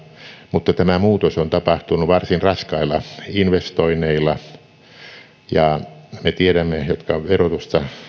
mutta tämä muutos on tapahtunut varsin raskailla investoinneilla me jotka verotusta